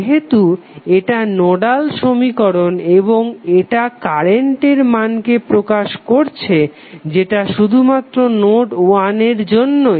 যেহেতু এটা নোডাল সমীকরণ এবং এটা কারেন্টের মানকে প্রকাশ করছে যেটা শুধুমাত্র নোড 1 এর জন্যই